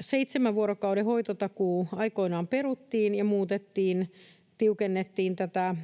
seitsemän vuorokauden hoitotakuu aikoinaan peruttiin ja muutettiin, löysättiin tätä